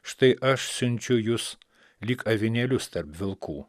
štai aš siunčiu jus lyg avinėlius tarp vilkų